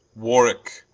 warwicke,